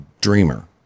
dreamer